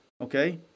okay